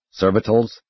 Servitals